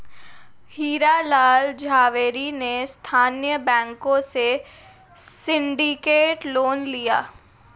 हीरा लाल झावेरी ने स्थानीय बैंकों से सिंडिकेट लोन लिया